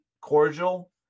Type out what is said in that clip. cordial